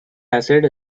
acid